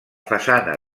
façana